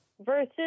versus